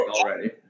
already